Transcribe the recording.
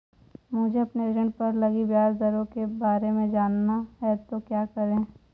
मुझे अपने ऋण पर लगी ब्याज दरों के बारे में जानना है तो क्या करें?